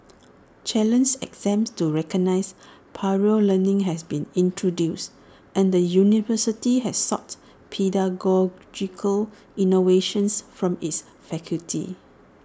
challenge exams to recognise prior learning have been introduced and the university has sought pedagogical innovations from its faculty